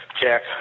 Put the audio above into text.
Jack